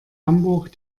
hamburg